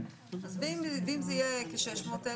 אם זה יהיה כ-600,000?